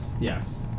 Yes